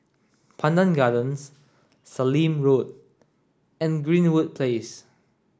Pandan Gardens Sallim Road and Greenwood Place